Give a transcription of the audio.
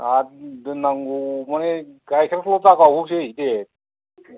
हाब दोन्नांगौ मानि गाइखेरखौ दा गावहोसै दे